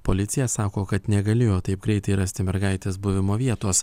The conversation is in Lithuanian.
policija sako kad negalėjo taip greitai rasti mergaitės buvimo vietos